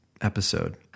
episode